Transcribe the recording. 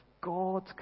God